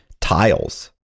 tiles